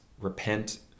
Repent